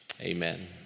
amen